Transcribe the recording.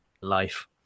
Life